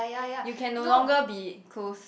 you can not longer be close